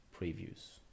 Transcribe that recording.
previews